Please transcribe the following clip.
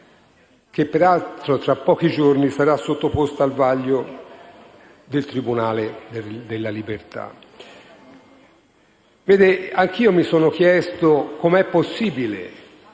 che peraltro tra pochi giorni sarà sottoposta al vaglio del tribunale delle libertà. Vede, anch'io mi sono chiesto come sia possibile